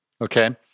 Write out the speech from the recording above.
Okay